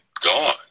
gone